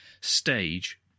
stage